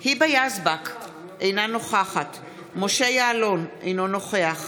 היבה יזבק, אינה נוכחת משה יעלון, אינו נוכח